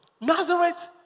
Nazareth